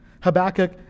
Habakkuk